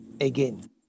again